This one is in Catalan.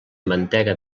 mantega